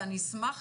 ואני אשמח